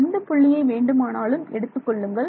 எந்த புள்ளியை வேண்டுமானாலும் எடுத்துக் கொள்ளுங்கள்